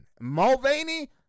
Mulvaney